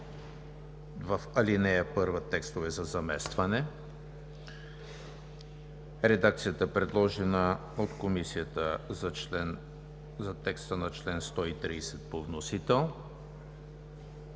в ал. 1 текстове за заместване; редакцията, предложена от Комисията за текста на чл. 130 по вносител;